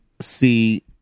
see